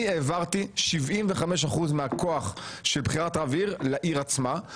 אני העברתי 75% מהכוח של בחירת רב עיר לעיר עצמה.